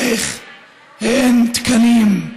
איך אין תקנים,